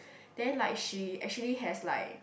then like she actually has like